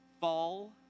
fall